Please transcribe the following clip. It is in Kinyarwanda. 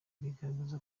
bigaragaza